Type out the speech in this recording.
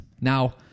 Now